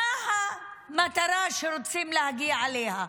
מה המטרה שרוצים להגיע אליה?